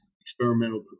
experimental